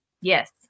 Yes